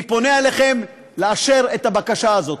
אני פונה אליכם לאשר את הבקשה הזאת.